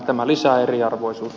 tämä lisää eriarvoisuutta